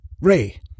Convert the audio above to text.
Ray